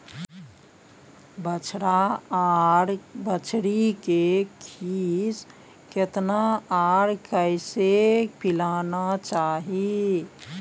बछरा आर बछरी के खीस केतना आर कैसे पिलाना चाही?